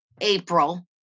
April